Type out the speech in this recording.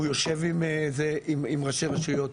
הוא יושב עם ראשי רשויות,